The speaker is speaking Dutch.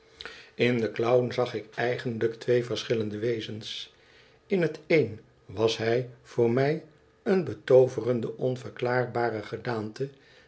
in den clown zag ik eigenlijk twee verschillende wezens in het een was hij voor mij een betooverendo onverklaarbare gedaante